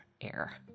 air